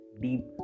deep